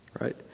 Right